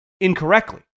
incorrectly